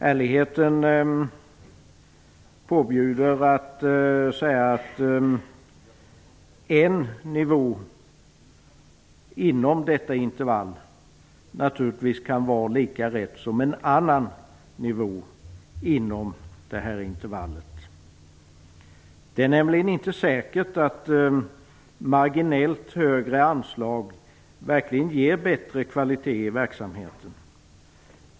Ärligheten påbjuder att jag säger att en nivå inom detta intervall naturligtvis kan vara lika rätt som en annan nivå inom intervallet. Det är nämligen inte säkert att marginellt högre anslag verkligen ger bättre kvalitet i verksamheten.